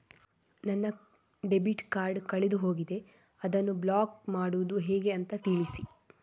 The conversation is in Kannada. ನನ್ನ ಡೆಬಿಟ್ ಕಾರ್ಡ್ ಕಳೆದು ಹೋಗಿದೆ, ಅದನ್ನು ಬ್ಲಾಕ್ ಮಾಡುವುದು ಹೇಗೆ ಅಂತ ತಿಳಿಸಿ?